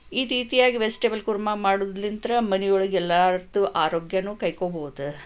ಈ ರೀತಿಯಾಗಿ ವೆಜ್ಟೇಬಲ್ ಕುರ್ಮ ಮಾಡೋದ್ಳಿಂತ್ರ್ ಮನೆಯೊಳಗೆ ಎಲ್ಲರದೂ ಆರೋಗ್ಯನೂ ಕಾಯ್ಕೊಬಹುದು